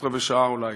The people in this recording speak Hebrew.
שלושת-רבעי שעה אולי,